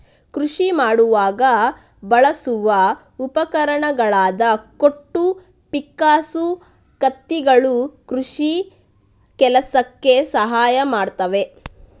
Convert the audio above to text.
ಕೃಷಿ ಮಾಡುವಾಗ ಬಳಸುವ ಉಪಕರಣಗಳಾದ ಕೊಟ್ಟು, ಪಿಕ್ಕಾಸು, ಕತ್ತಿಗಳು ಕೃಷಿ ಕೆಲಸಕ್ಕೆ ಸಹಾಯ ಮಾಡ್ತವೆ